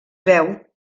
veu